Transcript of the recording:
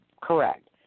Correct